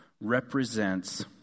represents